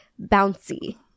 bouncy